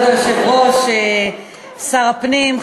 שר הפנים,